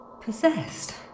possessed